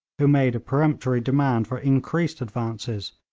who made a peremptory demand for increased advances,